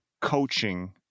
coaching